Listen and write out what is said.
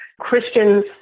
Christians